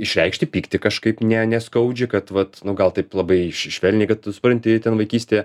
išreikšti pyktį kažkaip ne neskaudžiai kad vat nu gal taip labai švelniai kad supranti ten vaikystė